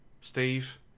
Steve